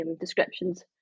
descriptions